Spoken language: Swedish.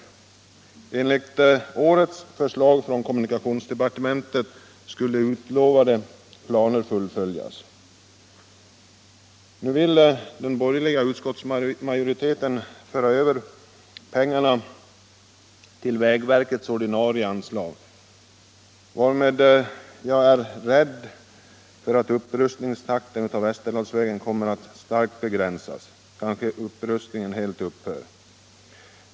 Enligt årets förslag från kommunikationsdepartementet skulle utlovade planer fullföljas. Nu vill den borgerliga utskottsmajoriteten föra över pengarna till vägverkets ordinarie anslag. Jag är rädd för att takten i upprustningen av Västerdalsvägen därmed kommer att starkt begränsas; kanske upprustningen helt upphör.